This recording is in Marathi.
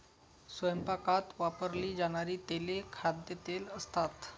स्वयंपाकात वापरली जाणारी तेले खाद्यतेल असतात